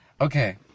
Okay